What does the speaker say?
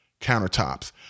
countertops